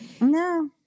no